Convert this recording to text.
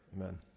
Amen